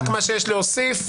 רק מה שיש להוסיף.